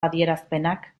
adierazpenak